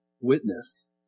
witness